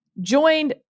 joined